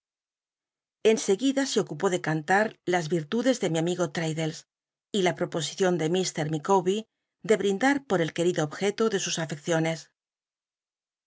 seguida se ocupó de cantar las virtudes de mi lles y la proposicion de mr micawber de brinda por el querido objeto de sus afcccioncs